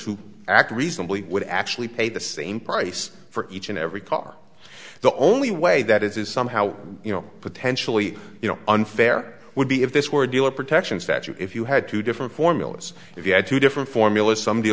who act reasonably would actually pay the same price for each and every car the only way that is is somehow you know potentially you know unfair would be if this were a dealer protections that you if you had two different formulas if you had two different formulas some